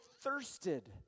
thirsted